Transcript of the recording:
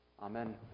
Amen